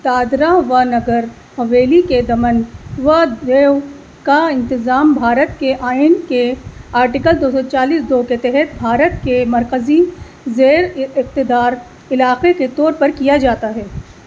دادرا و نگر حویلی کے دمن و دیو کا انتظام بھارت کے آئین کے آرٹیکل دو سو چالیس دو کے تحت بھارت کے مرکزی زیر اقتدار علاقے کے طور پر کیا جاتا ہے